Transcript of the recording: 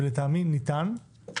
ולטעמי ניתן,